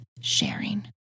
sharing